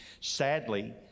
sadly